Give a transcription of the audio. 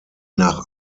nach